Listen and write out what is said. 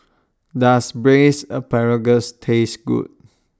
Does Braised Asparagus Taste Good